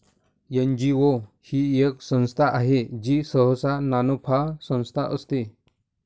NGO ही एक संस्था आहे जी सहसा नानफा संस्था असते